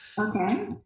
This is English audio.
Okay